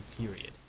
period